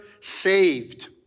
saved